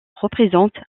représente